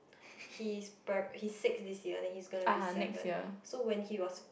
he is pri~ he's six this year then he's gonna be seven so when he was